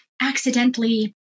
accidentally